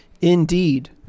Indeed